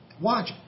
watch